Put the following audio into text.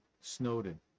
Snowden